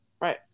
Right